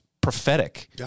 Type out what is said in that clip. prophetic